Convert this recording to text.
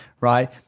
right